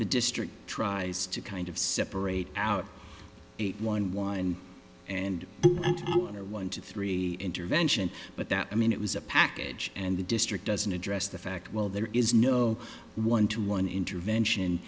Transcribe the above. the district tries to kind of separate out eight one one and or one to three intervention but that i mean it was a package and the district doesn't address the fact well there is no one to one intervention